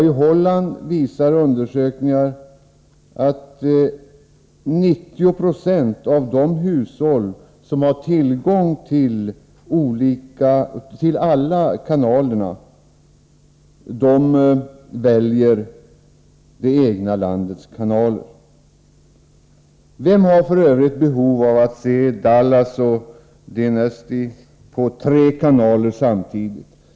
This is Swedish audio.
I Holland visar undersökningar att 90 26 av de hushåll som har tillgång till alla kanalerna väljer det egna landets kanaler. Vem har f. ö. behov av att se Dallas och Dynastin på tre kanaler samtidigt?